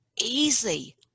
easy